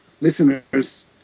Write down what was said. listeners